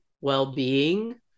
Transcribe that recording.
well-being